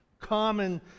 common